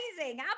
amazing